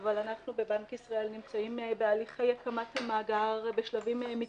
אבל אנחנו בבנק ישראל נמצאים בהליכי הקמת המאגר בשלבים מתקדמים.